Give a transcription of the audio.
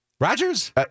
Rodgers